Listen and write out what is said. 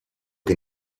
che